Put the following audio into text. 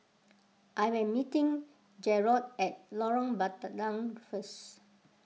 I am meeting Jarod at Lorong Bandang noun first